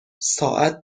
ساعت